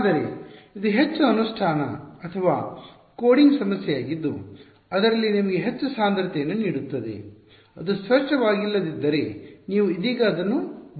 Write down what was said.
ಆದರೆ ಇದು ಹೆಚ್ಚು ಅನುಷ್ಠಾನ ಅಥವಾ ಕೋಡಿಂಗ್ ಸಮಸ್ಯೆಯಾಗಿದ್ದು ಅದರಲ್ಲಿ ನಿಮಗೆ ಹೆಚ್ಚು ಸಾಂದ್ರತೆಯನ್ನು ನೀಡುತ್ತದೆ ಅದು ಸ್ಪಷ್ಟವಾಗಿಲ್ಲದಿದ್ದರೆ ನೀವು ಇದೀಗ ಅದನ್ನು ಬಿಡಬಹುದು